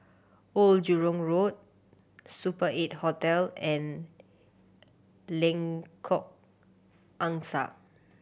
Old Jurong Road Super Eight Hotel and Lengkok Angsa